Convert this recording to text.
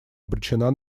обречена